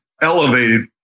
elevated